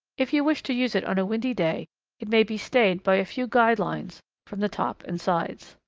if you wish to use it on a windy day it may be stayed by a few guy-lines from the top and sides.